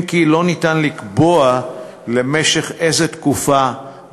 אם כי אין אפשרות לקבוע למשך איזו תקופה,